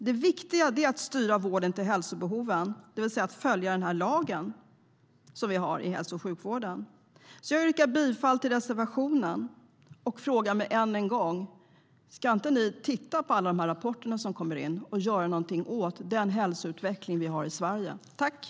Det viktiga är att styra vården till hälsobehoven, det vill säga följa lagen för hälso och sjukvården.